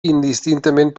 indistintament